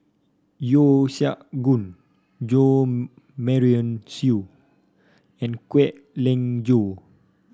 Yeo Siak Goon Jo Marion Seow and Kwek Leng Joo